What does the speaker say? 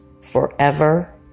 forever